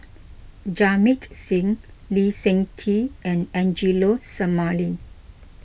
Jamit Singh Lee Seng Tee and Angelo Sanelli